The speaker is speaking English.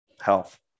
health